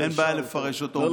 אין בעיה לפרש אותו.